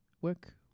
work